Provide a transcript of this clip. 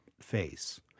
face